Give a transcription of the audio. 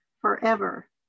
forever